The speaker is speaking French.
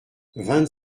vingt